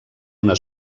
una